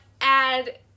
add